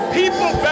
people